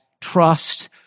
Trust